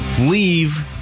leave